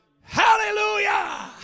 hallelujah